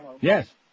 Yes